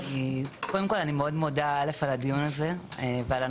קודם כל אני רוצה להודות על הדיון הזה בנושא